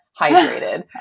hydrated